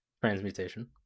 transmutation